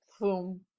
boom